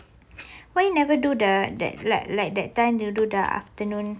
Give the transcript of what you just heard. why you never do the that like like that time you do the afternoon